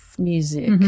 Music